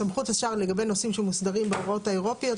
סמכות השר לגבי נושאים שמוסדרים בהוראות האירופאיות,